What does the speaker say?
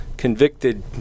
convicted